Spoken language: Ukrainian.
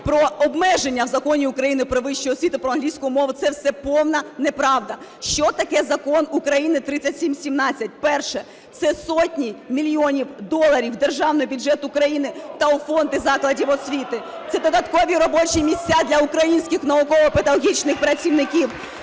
про обмеження в Законі України "Про вищу освіту" про англійську мову, це все повна неправда. Що таке Закон України 3717? Перше. Це сотні мільйонів доларів в Державний бюджет України та у фонди закладів освіти. Це додаткові робочі місця для українських науково-педагогічний працівників.